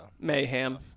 Mayhem